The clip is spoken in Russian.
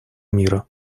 мира